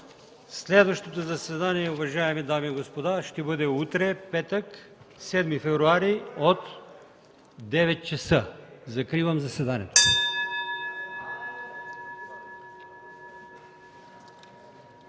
Следващото заседание, уважаеми дами и господа, ще бъде утре, петък, 7 февруари 2014 г., от 9,00 ч. Закривам заседанието.